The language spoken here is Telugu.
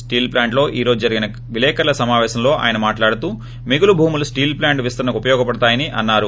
స్టీల్ప్లాంట్లో ఈరోజు జరిగిన విలేకర్ల సమాపేశంలో ఆయన మాట్లాడుతూ మిగులు భూములు స్టీల్ ప్లాంట్ విస్తరణకు ఉపయోగపడతాయాని అన్నారు